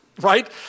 right